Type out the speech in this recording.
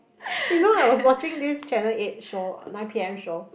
you know I was watching this channel eight show nine P_M show